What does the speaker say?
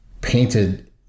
painted